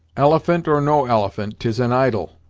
elephant, or no elephant, tis an idol,